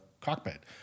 cockpit